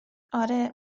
آره